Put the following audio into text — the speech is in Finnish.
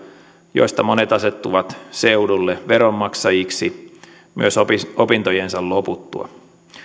joista monet asettuvat seudulle veronmaksajiksi myös opintojensa loputtua